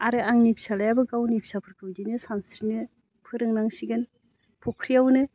आरो आंनि फिसाज्लायाबो गावनि फिसाफोरखौ बिदिनो सानस्रिनो फोरोंनांसिगोन फख्रियावनो